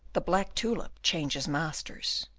the black tulip changes masters